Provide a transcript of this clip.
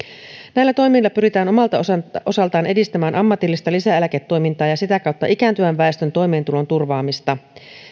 näillä toimilla pyritään omalta osaltaan osaltaan edistämään ammatillista lisäeläketoimintaa ja sitä kautta ikääntyvän väestön toimeentulon turvaamista